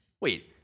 Wait